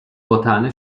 باطعنه